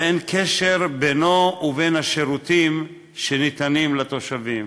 ואין קשר בינו ובין השירותים שניתנים לתושבים,